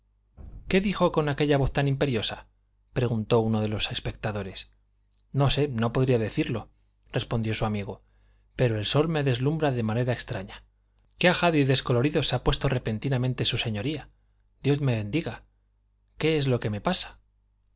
qué dijo con aquella voz tan imperiosa preguntó uno de los espectadores no sé no podría decirlo respondió su amigo pero el sol me deslumbra de manera extraña qué ajado y descolorido se ha puesto repentinamente su señoría dios me bendiga qué es lo que me pasa